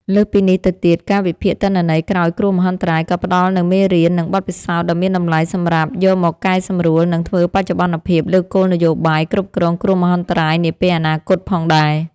លើសពីនេះទៅទៀត ការវិភាគទិន្នន័យក្រោយគ្រោះមហន្តរាយក៏ផ្តល់នូវមេរៀន និងបទពិសោធន៍ដ៏មានតម្លៃសម្រាប់យកមកកែសម្រួល និងធ្វើបច្ចុប្បន្នភាពលើគោលនយោបាយគ្រប់គ្រងគ្រោះមហន្តរាយនាពេលអនាគតផងដែរ។